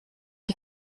die